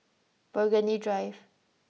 Burgundy Drive